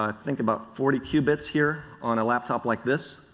i t hink about forty cube its here on a laptop like this.